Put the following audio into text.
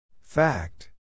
Fact